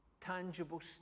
tangible